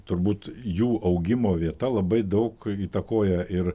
turbūt jų augimo vieta labai daug įtakoja ir